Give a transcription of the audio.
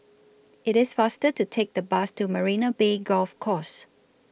IT IS faster to Take The Bus to Marina Bay Golf Course